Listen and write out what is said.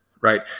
right